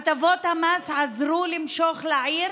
הטבות המס עזרו למשוך לעיר